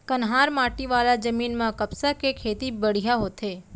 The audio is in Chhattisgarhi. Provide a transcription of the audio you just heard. कन्हार माटी वाला जमीन म कपसा के खेती बड़िहा होथे